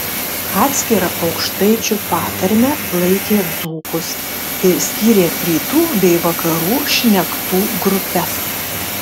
atskira aukštaičių patarme laikė dzūkus ir skyrė rytų bei vakarų šnektų grupes